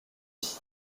vie